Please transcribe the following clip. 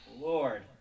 Lord